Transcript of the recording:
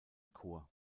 chor